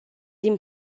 din